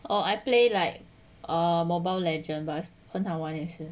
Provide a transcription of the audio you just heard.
oh I play like a mobile legend but 很好玩也是